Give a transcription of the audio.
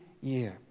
year